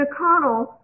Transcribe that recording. McConnell